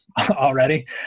already